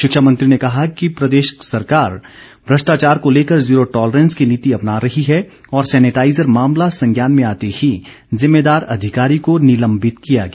शिक्षा मंत्री ने कहा है कि प्रदेश सरकार भ्रष्टाचार को लेकर जीरो टॉलरेंस की नीति अपना रही है और सेनिटाइज़र मामला संज्ञान में आते ही जिम्मेदार अधिकारी को निलंबित किया गया